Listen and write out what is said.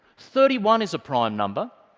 thirty one is a prime number,